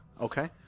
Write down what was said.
Okay